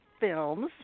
films